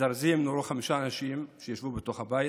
בזרזיר נורו חמישה אנשים שישבו בתוך הבית,